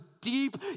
deep